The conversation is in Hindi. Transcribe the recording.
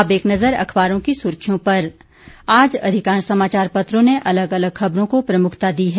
अब एक नजर अखबारों की सुर्खियों पर आज अधिकांश समाचार पत्रों ने अलग अलग खबरों को प्रमुखता दी है